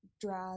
drag